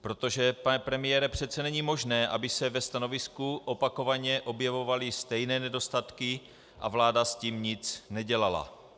Protože, pane premiére, přece není možné, aby se ve stanovisku opakovaně objevovaly stejné nedostatky a vláda s tím nic nedělala!